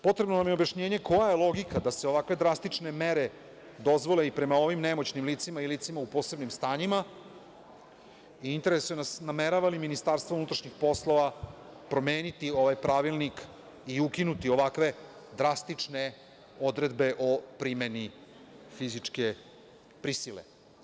Potrebno nam je objašnjenje koja je logika da se ovakve drastične mere dozvole i prema ovim nemoćnim licima i licima u posebnim stanjima i interesuje nas namerava li Ministarstvo unutrašnjih poslova promeniti ovaj pravilnik i ukinuti ovakve drastične odredbe o primeni fizičke prisile?